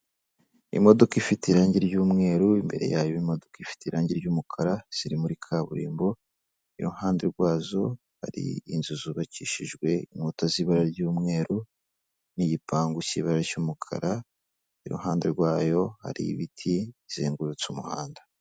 Imodoka ifite irangi ry'umweru, imbere yayo hari imodoka ifite irangi ry'umukara ziri muri kaburimbo, iruhande rwazo hari inzu zubakishijwe inkuta z'ibara ry'umweru n'igipangu kibara ry'umukara, iruhande rwayo hari ibiti bizengurutse umuhanda.